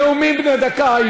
נאומים בני דקה,